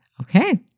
okay